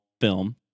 film